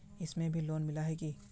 इसमें भी लोन मिला है की